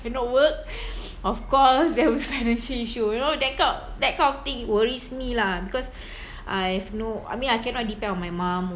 cannot work of course there will be financial issue you know that kind that kind of thing worries me lah because I've no I mean I cannot depend on my mum